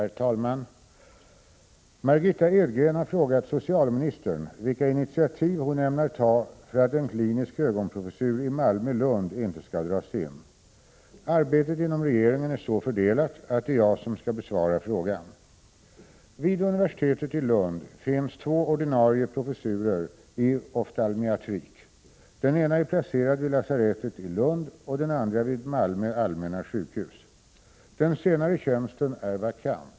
Herr talman! Margitta Edgren har frågat socialministern vilka initiativ hon ämnar ta för att en klinisk ögonprofessur i Malmö— Lund inte skall dras in. Arbetet inom regeringen är så fördelat att det är jag som skall besvara frågan. Vid universitetet i Lund finns två ordinarie professurer i oftalmiatrik. Den ena är placerad vid lasarettet i Lund och den andra vid Malmö allmänna sjukhus. Den senare tjänsten är vakant.